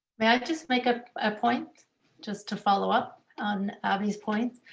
may i just make up a point just to follow up on obvious points,